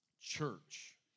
church